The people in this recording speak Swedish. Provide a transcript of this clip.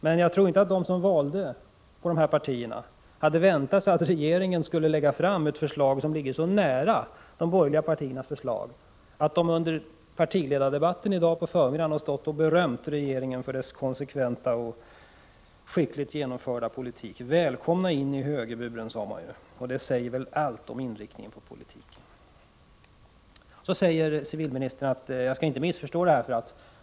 Men jag tror inte att de som röstade på de här partierna hade väntat sig att regeringen skulle lägga fram ett förslag som ligger så nära de borgerliga partiernas förslag att de borgerliga partiledarna under debatten i dag på förmiddagen har stått och berömt regeringen för dess konsekventa och skickligt genomförda politik. Välkomna in i högerburen, sade man ju. Det säger väl allt om inriktningen av politiken. Sedan säger civilministern att jag inte skall missförstå detta.